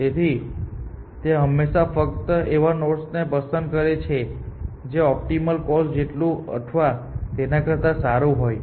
તેથી તે હંમેશાં ફક્ત એવા નોડ્સ પસંદ કરે છે જે ઓપ્ટિમલ કોસ્ટ જેટલું અથવા તેના કરતા સારું હોય